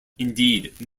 indeed